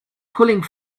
pulling